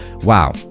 wow